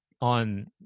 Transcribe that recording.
on